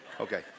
Okay